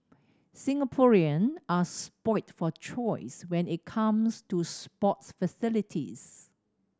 Singaporeans are spoilt for choice when it comes to sports facilities